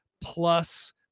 plus